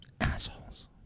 Assholes